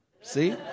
see